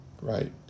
right